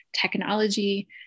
technology